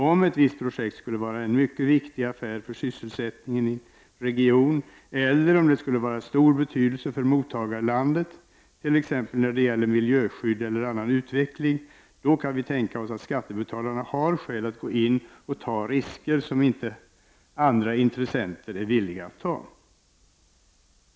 Om ett visst projekt skulle vara mycket viktigt för sysselsättningen i en viss region, eller om det skulle vara av stor betydelse för mottagarlandet, t.ex. när det gäller miljöskydd eller annan utveckling, kan vi tänka oss att det finns skäl för skattebetalarna att gå in och ta risker som inte andra intressenter är villiga att ta.